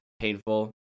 painful